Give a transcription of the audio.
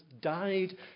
died